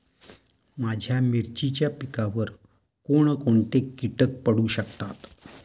माझ्या मिरचीच्या पिकावर कोण कोणते कीटक पडू शकतात?